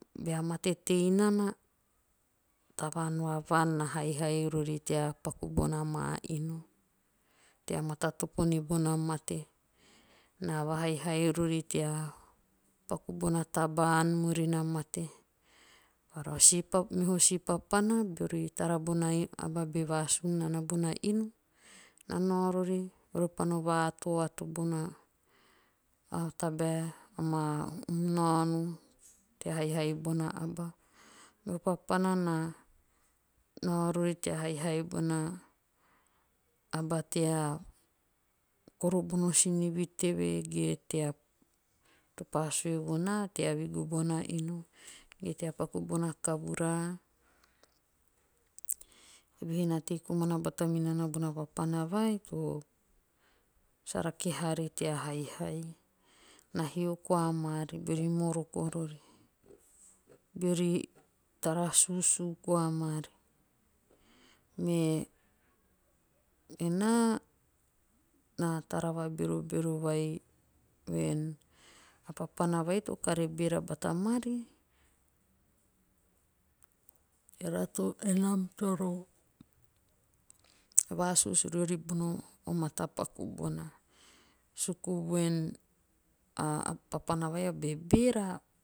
Bea mate tei nana. tavan va vaan na haihai rori tea paku bona maa inu. tea matatopo nibona mate. Bara si meho si papana beori tara bona imba aba be vasun nana bona inu. na nao rori ore pa no va ato'ato bona a tabae. amaa hum naono tea haihai me bona aba tea koro bono sinivi teve ge to pa sue vonaa tea vigu bona inu. ge tea paku bona kavura. Eve he na tei komana bata ni haihai. na hio koa maari beori moroko rori. beari tara susu koa maari. Me benaa naa tara va berobero bata maari eera to enam toro vasusu riori bono matapaku bona. suku voen a papana vai a bebeera